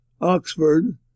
Oxford